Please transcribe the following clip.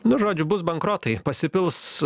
nu žodžiu bus bankrotai pasipils